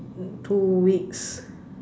like two weeks